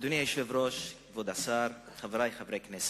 אדוני היושב-ראש, כבוד השר, חברי חברי הכנסת,